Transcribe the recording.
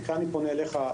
כאן אני פונה אליך,